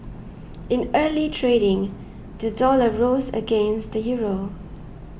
in early trading the dollar rose against the Euro